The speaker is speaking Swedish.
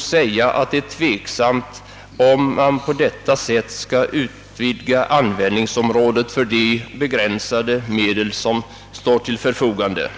säga att det är tveksamt om man på detta sätt bör utvidga användningsområdet för de begränsade medel som står till förfogande.